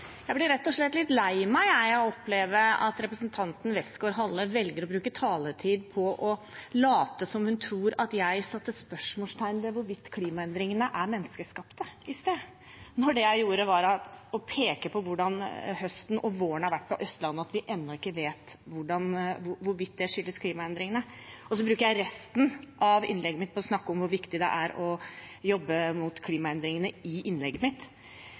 Jeg blir rett og slett litt lei meg av å oppleve at representanten Westgaard-Halle velger å bruke taletid på å late som hun tror at jeg i sted satte spørsmålstegn ved hvorvidt klimaendringene er menneskeskapte. Det jeg gjorde, var å peke på hvordan høsten og våren har vært på Østlandet, og at vi ennå ikke vet hvorvidt det skyldes klimaendringene, og så brukte jeg resten av innlegget mitt på å snakke om hvor viktig det er å jobbe mot klimaendringene.